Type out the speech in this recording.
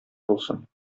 булсын